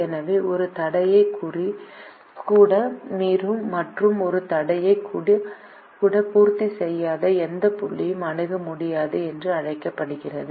எனவே ஒரு தடையை கூட மீறும் மற்றும் ஒரு தடையை கூட பூர்த்தி செய்யாத எந்த புள்ளியும் அணுக முடியாதது என்று அழைக்கப்படுகிறது